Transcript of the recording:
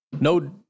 No